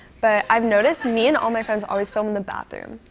but i've noticed me and all my friends always film in the bathroom.